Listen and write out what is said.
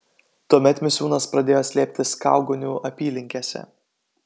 tuomet misiūnas pradėjo slėptis kaugonių apylinkėse